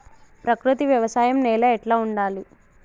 ప్రకృతి వ్యవసాయం నేల ఎట్లా ఉండాలి?